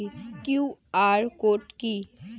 QR code কি?